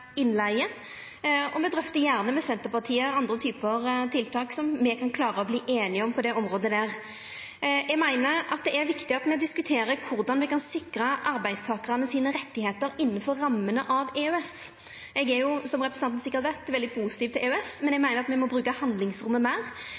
innleige, og me drøftar gjerne med Senterpartiet andre typar tiltak som me kan klara å verta einige om på dette området. Eg meiner at det er viktig at me diskuterer korleis me kan sikra arbeidstakarane sine rettar innanfor rammene av EØS. Eg er, som representanten sikkert veit, veldig positiv til EØS, men eg